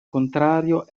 contrario